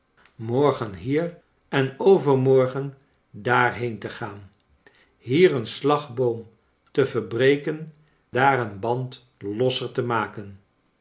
hier en overmorgen daar been te gaan hier een siagboom te verbreken daar een band leaser te maken